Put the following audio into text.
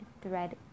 thread